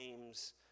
name's